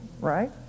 right